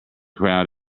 crowd